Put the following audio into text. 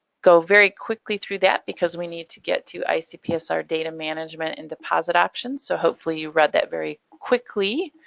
go very quickly through that because we need to get to icpsr data management and deposit options. so hopefully you read that very quickly.